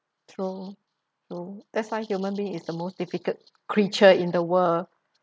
true true that's why human being is the most difficult creature in the world